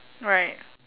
right